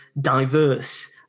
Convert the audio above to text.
diverse